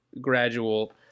gradual